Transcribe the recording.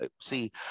see